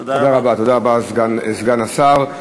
תודה רבה, סגן השר.